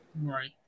Right